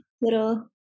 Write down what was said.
Little